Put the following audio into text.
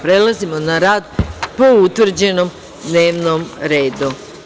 Prelazimo na rad po utvrđenom dnevnom redu.